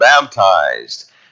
baptized